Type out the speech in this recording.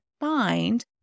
find